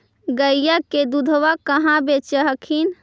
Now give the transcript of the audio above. गईया के दूधबा कहा बेच हखिन?